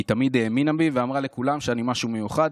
היא תמיד האמינה בי ואמרה לכולם שאני משהו מיוחד,